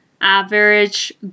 average